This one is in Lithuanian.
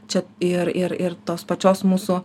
čia ir ir ir tos pačios mūsų